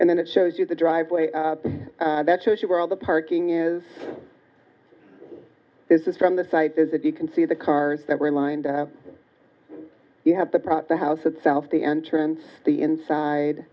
and then it shows you the driveway that shows you where all the parking is this is from the site is if you can see the cars that were lined you have the prop the house itself the entrance the inside